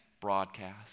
broadcast